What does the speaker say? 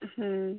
ᱦᱮᱸ